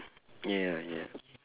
ya ya